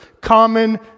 common